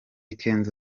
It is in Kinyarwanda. kenzo